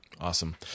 awesome